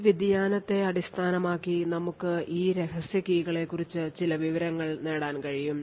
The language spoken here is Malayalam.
ഈ വ്യതിയാനത്തെ അടിസ്ഥാനമാക്കി നമുക്ക് ഈ രഹസ്യ കീകളെക്കുറിച്ച് ചില വിവരങ്ങൾ നേടാൻ കഴിയും